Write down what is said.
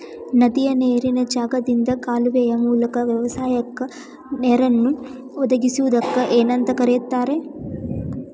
ನದಿಯ ನೇರಿನ ಜಾಗದಿಂದ ಕಾಲುವೆಯ ಮೂಲಕ ವ್ಯವಸಾಯಕ್ಕ ನೇರನ್ನು ಒದಗಿಸುವುದಕ್ಕ ಏನಂತ ಕರಿತಾರೇ?